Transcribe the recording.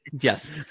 Yes